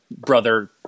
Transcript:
brother